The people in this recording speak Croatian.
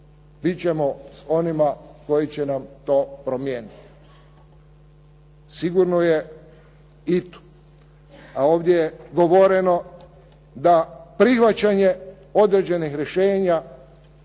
biti ćemo s onima koji će nam to promijeniti. Sigurno je, a ovdje je govoreno, da prihvaćanje određenih rješenja